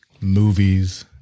movies